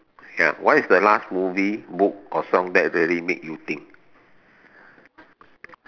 ya what is the last movie book or song that really make you think